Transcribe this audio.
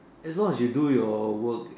as long you do your work